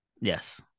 yes